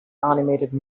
animated